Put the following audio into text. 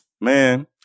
Man